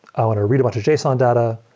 i want to read a bunch of json data,